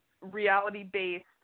reality-based